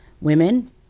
women